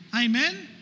Amen